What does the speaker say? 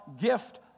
gift